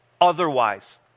otherwise